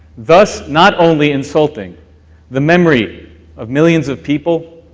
thus, not only insulting the memory of millions of people,